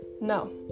No